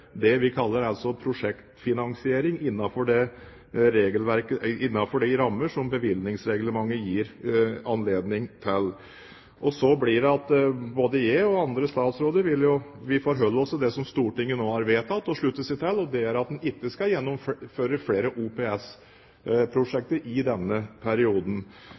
det vi kaller prosjektfinansiering innenfor de rammer som bevilgningsreglementet gir anledning til. Og så vil både jeg og andre statsråder forholde oss til det som Stortinget nå har vedtatt og sluttet seg til, og det er at en ikke skal gjennomføre flere OPS-prosjekter i denne perioden.